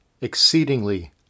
exceedingly